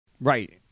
Right